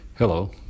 Hello